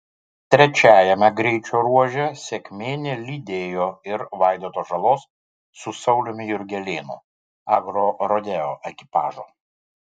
trečiajame greičio ruože sėkmė nelydėjo ir vaidoto žalos su sauliumi jurgelėnu agrorodeo ekipažo